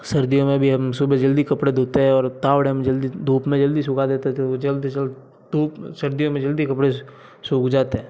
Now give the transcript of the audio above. सर्दियों में भी हम सुबह जल्दी कपड़े धोते हैं और तावड़े में जल्दी धूप में जल्दी सूखा देते तो वो जल्दी जल्द धूप में सर्दियों में जल्दी कपड़े सुख जाते हैं